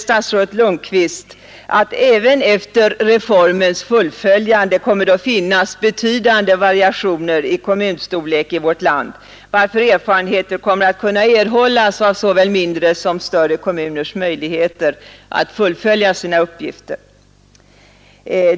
Statsrådet Lundkvist svarar att även efter reformens fullföljande kommer det att finnas betydande variationer i kommunstorlek i vårt land, varför erfarenheter kommer att kunna erhållas av såväl mindre som större kommuners möjligheter att fullfölja sina uppgifter.